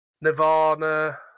Nirvana